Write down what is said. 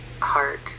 heart